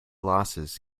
losses